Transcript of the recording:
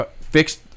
fixed